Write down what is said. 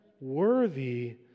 worthy